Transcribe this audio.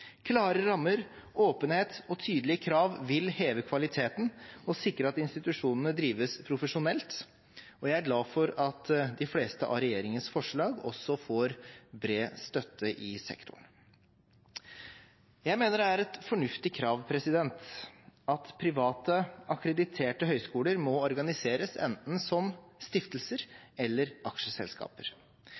Klare rammer, åpenhet og tydelige krav vil heve kvaliteten og sikre at institusjonene drives profesjonelt, og jeg er glad for at de fleste av regjeringens forslag også får bred støtte i sektoren. Jeg mener det er et fornuftig krav at private, akkrediterte høyskoler må organiseres enten som stiftelser eller aksjeselskaper.